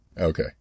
Okay